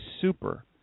super